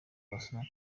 wasoma